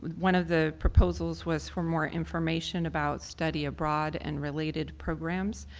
one of the proposals was for more information about study abroad and related programs.